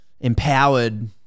empowered